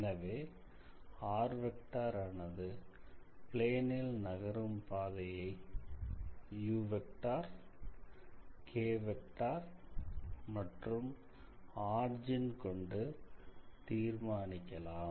எனவே ஆனது பிளேனில் நகரும் பாதையை மற்றும் ஆரிஜின் கொண்டு தீர்மானிக்கலாம்